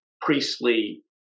priestly